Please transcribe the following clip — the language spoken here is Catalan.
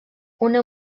una